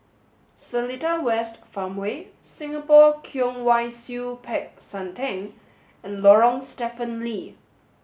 Seletar West Farmway Singapore Kwong Wai Siew Peck San Theng and Lorong Stephen Lee